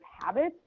habits